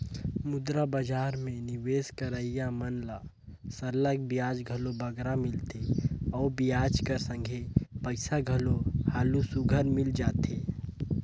मुद्रा बजार में निवेस करोइया मन ल सरलग बियाज घलो बगरा मिलथे अउ बियाज कर संघे पइसा घलो हालु सुग्घर मिल जाथे